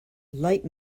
light